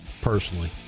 personally